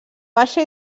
baixa